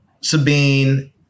Sabine